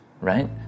right